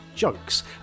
Jokes